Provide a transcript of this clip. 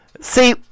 See